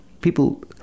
People